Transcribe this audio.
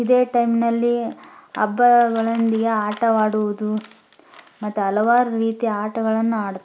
ಇದೇ ಟೈಮ್ನಲ್ಲಿ ಹಬ್ಬಗಳೊಂದಿಗೆ ಆಟವಾಡುವುದು ಮತ್ತು ಹಲವಾರು ರೀತಿಯ ಆಟಗಳನ್ನು ಆಡುತ್ತಾರೆ